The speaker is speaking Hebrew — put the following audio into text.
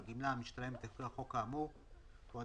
על גמלה המשתלמת לפי החוק האמור או על